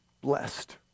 blessed